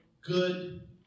good